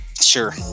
Sure